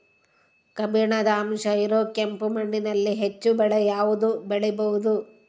ಕಬ್ಬಿಣದ ಅಂಶ ಇರೋ ಕೆಂಪು ಮಣ್ಣಿನಲ್ಲಿ ಹೆಚ್ಚು ಬೆಳೆ ಯಾವುದು ಬೆಳಿಬೋದು?